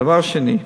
הדבר השני,